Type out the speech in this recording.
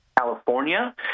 California